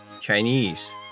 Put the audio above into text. Chinese